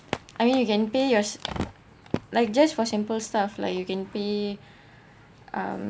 I mean you can pay your like just for simple stuff lah you can be um